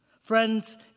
Friends